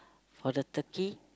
for the turkey